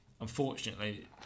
unfortunately